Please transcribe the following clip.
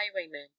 highwaymen